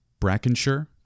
brackenshire